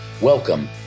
Welcome